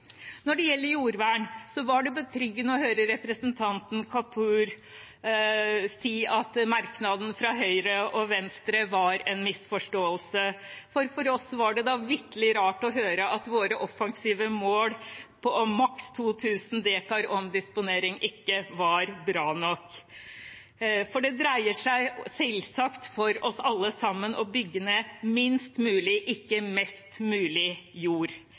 Når det gjelder jordvern, var det betryggende å høre representanten Kapur si at merknaden fra Høyre og Venstre var en misforståelse, for for oss var det da vitterlig rart å høre at våre offensive mål om maks 2 000 dekar omdisponering ikke var bra nok. For det dreier seg selvsagt om, for oss alle, å bygge ned minst mulig jord, ikke mest mulig jord.